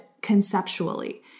conceptually